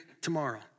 tomorrow